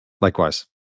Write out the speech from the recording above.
Likewise